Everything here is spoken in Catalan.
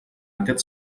aquest